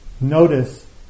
notice